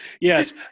Yes